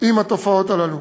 עם התופעות האלה.